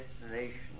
destination